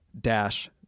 dash